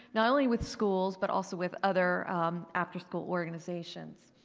not only with schools but also with other after-school organizations.